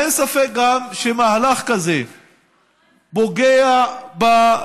אין ספק גם שמהלך כזה פוגע במאמצים,